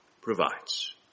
provides